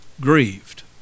grieved